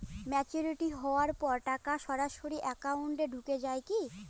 Maturity হওয়ার পর টাকা সরাসরি একাউন্ট এ ঢুকে য়ায় কি?